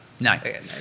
Nine